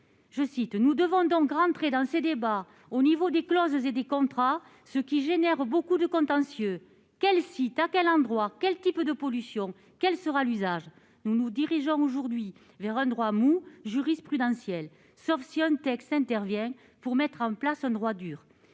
d'enquête :« Nous devons donc rentrer dans ces débats au niveau des clauses et des contrats, ce qui génère beaucoup de contentieux : quel site, à quel endroit, quel type de pollution, quel sera l'usage ... Nous nous dirigeons aujourd'hui vers un " droit mou " jurisprudentiel, sauf si un texte intervient pour mettre en place un " droit dur "